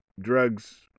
drugs